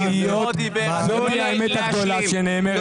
זאת האמת הגדולה שנאמרת